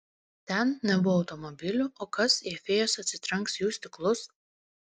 ten nebuvo automobilių o kas jei fėjos atsitrenks į jų stiklus